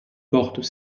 portent